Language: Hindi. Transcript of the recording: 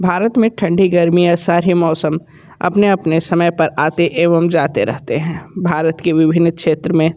भारत में ठंडी गर्मी यह सारे मौसम अपने अपने समय पर आते एवं जाते रहते हैं भारत के विभिन्न क्षेत्र में